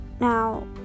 Now